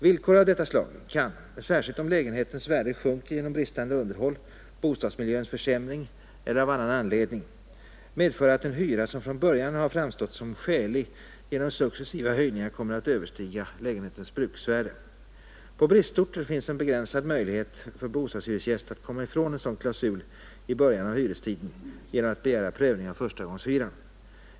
Villkor av dessa slag kan — särskilt om lägenhetens värde sjunker genom bristande underhåll, bostadsmiljöns försämring eller av annan anledning — medföra att en hyra som från början framstått som skälig genom successiva höjningar kommer att överstiga lägenhetens bruksvärde. På bristorter finns en begränsad möjlighet för bostadshyresgäst att komma ifrån en sådan klausul i början av hyrestiden genom att begära prövning av förstagångshyra.